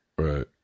Right